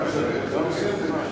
נרשם לדבר זה,